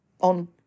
on